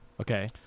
Okay